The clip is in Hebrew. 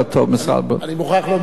אני מוכרח לומר,